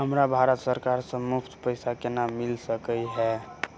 हमरा भारत सरकार सँ मुफ्त पैसा केना मिल सकै है?